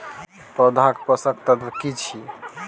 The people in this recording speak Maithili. पौधा के पोषक तत्व की छिये?